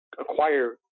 acquire